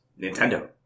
Nintendo